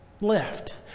left